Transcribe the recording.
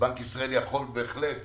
בנק ישראל בהחלט יכול,